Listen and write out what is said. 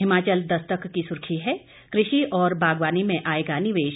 हिमाचल दस्तक की सुर्खी है कृषि और बागवानी में आएगा निवेश